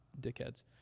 dickheads